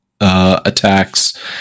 attacks